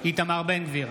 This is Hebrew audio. איתמר בן גביר,